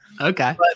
Okay